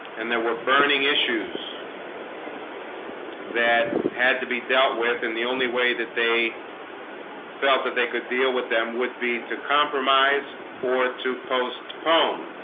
and there were burning issues that had to be dealt with in the only way that they felt that they could deal with them would be to compromise or to postpone